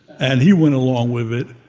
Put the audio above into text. and he went along with it.